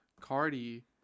Cardi